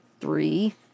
three